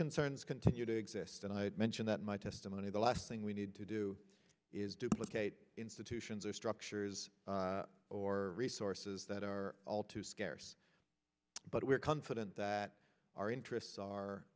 concerns continue to exist and i mention that my testimony the last thing we need to do is duplicate institutions or structures or resources that are all too scarce but we are confident that our interests are